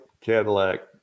Cadillac